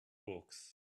books